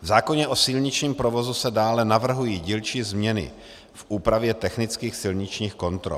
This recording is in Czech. V zákoně o silničním provozu se dále navrhují dílčí změny v úpravě technických silničních kontrol.